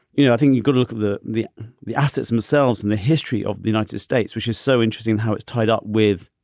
you know, i think you've got to look at the the assets themselves in the history of the united states, which is so interesting how it's tied up with,